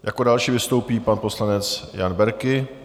Jako další vystoupí pan poslanec Jan Berki.